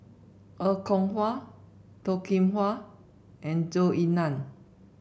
Er Kwong Wah Toh Kim Hwa and Zhou Ying Nan